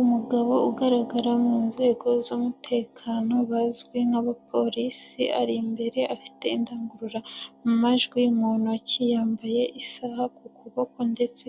Umugabo ugaragara mu nzego z'umutekano bazwi nk'abapolisi, ari imbere afite indangururamajwi mu ntoki yambaye isaha ku kuboko ndetse